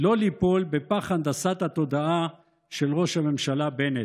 לא ליפול בפח הנדסת התודעה של ראש הממשלה בנט.